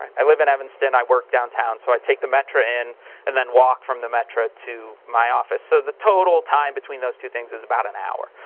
i live in evanston. i work downtown. so i take the metro in and then walk from the metro to my office. so the total time between those two things is about an hour.